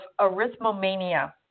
arithmomania